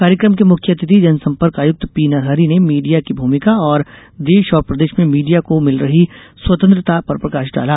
कार्यकम के मुख्य अतिथि जनसंपर्क आयुक्त पी नरहरि ने मीडिया की भूमिका और देश और प्रदेश में मीडिया को मिल रही स्वतंत्रता पर प्रकाश डाला